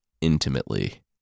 Intimately